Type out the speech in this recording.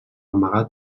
amagat